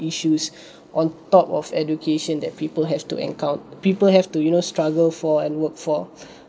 issues on top of education that people have to encount~ people have to you now struggle for and work for